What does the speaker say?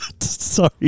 Sorry